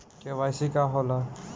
KCC का होला?